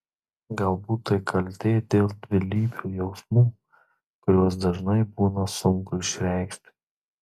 galbūt tai kaltė dėl dvilypių jausmų kuriuos dažnai būna sunku išreikšti